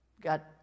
Got